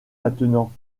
maintenant